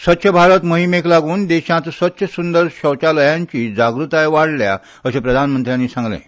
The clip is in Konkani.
स्वच्छ भारत मोहिमेक लागून देशांत स्वच्छ सुंदर शौचालयाची जागृताय वाडल्या अशें प्रधानमंत्र्यांनी सांगलें